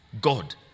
God